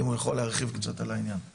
אם הוא יכול להרחיב קצת על העניין.